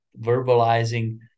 verbalizing